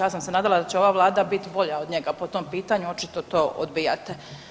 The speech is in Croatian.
Ja sam se nadala da će ova vlada biti bolja od njega po tom pitanju, očito to odbijate.